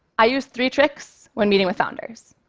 i use three tricks when meeting with founders.